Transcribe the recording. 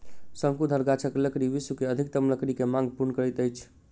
शंकुधर गाछक लकड़ी विश्व के अधिकतम लकड़ी के मांग पूर्ण करैत अछि